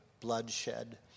bloodshed